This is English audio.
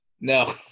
No